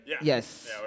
Yes